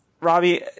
Robbie